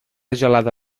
gelada